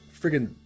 friggin